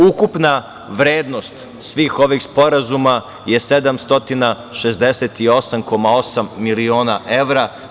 Ukupna vrednost svih ovih sporazuma je 768,8 miliona evra.